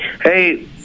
Hey